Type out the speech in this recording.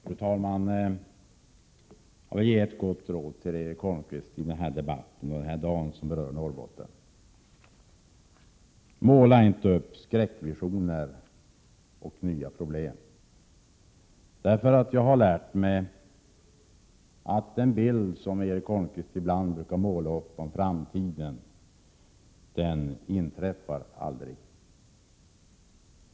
Fru talman! Jag vill ge ett gott råd till Erik Holmkvist i dagens debatt om Norrbotten: Måla inte upp skräckvisioner och nya problem! 79 Jag har nämligen lärt mig att den bild som Erik Holmkvist ibland brukar måla upp om framtiden aldrig blir verklighet.